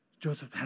Joseph